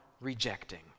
rejecting